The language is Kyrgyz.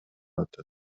атат